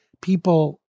people